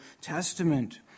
Testament